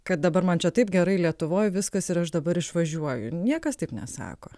kad dabar man čia taip gerai lietuvoj viskas ir aš dabar išvažiuoju niekas taip nesako